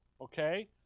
Okay